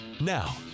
Now